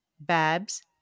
Babs